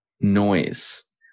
noise